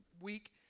week